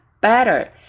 better